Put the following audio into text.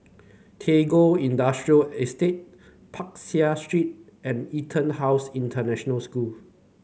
Tagore Industrial Estate Peck Seah Street and EtonHouse International School